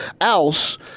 else